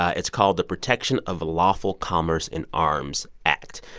ah it's called the protection of lawful commerce in arms act.